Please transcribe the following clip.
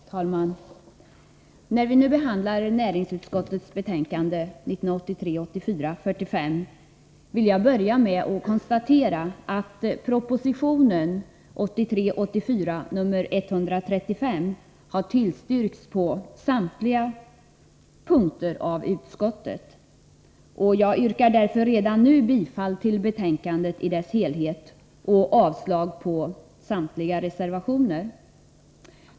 Herr talman! När vi nu behandlar näringsutskottets betänkande 42 vill jag börja med att konstatera att proposition 1983/84:135 av utskottet har tillstyrkts på samliga punkter. Jag yrkar därför redan nu bifall till utskottets hemställan i dess helhet och avslag på samtliga reservationer.